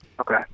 Okay